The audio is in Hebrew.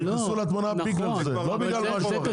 הם נכנסו לתמונה בגלל זה, לא בגלל משהו אחר.